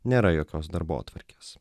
nėra jokios darbotvarkės